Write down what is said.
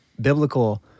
biblical